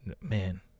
man